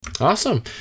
awesome